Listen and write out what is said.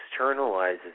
Externalizes